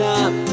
up